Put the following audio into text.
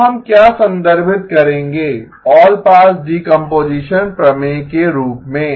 तो हम क्या संदर्भित करेंगें ऑलपास डीकम्पोजीशन प्रमेय के रूप में